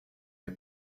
wir